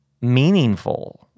meaningful